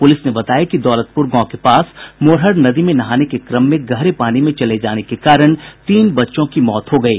police ने बताया कि दौलतपुर गांव के पास मोरहर नदी में नहाने के क्रम गहरे पानी में चले जाने के कारण तीन बच्चों की मौत हो गयी